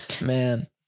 Man